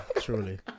truly